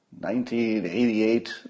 1988